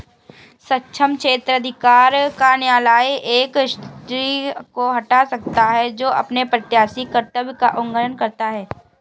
सक्षम क्षेत्राधिकार का न्यायालय एक ट्रस्टी को हटा सकता है जो अपने प्रत्ययी कर्तव्य का उल्लंघन करता है